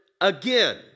again